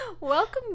Welcome